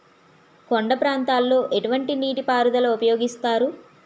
కొండ ప్రాంతాల్లో ఎటువంటి నీటి పారుదల ఉపయోగిస్తారు?